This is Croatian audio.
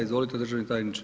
Izvolite državni tajniče.